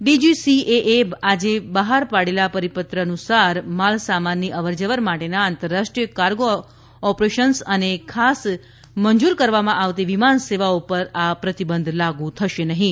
ડીજીસીએએ આજે ભાર પાડેલા પરિપત્ર અનુસાર માલ સામાનની અવર જવર માટેના આંતરરાષ્ટ્રીય કાર્ગો ઓપરેશન્સ અને ખાસ મંજૂર કરવામાં આવતી વિમાનસેવાઓ પર આ પ્રતિબંધ લાગુ થશે નહીં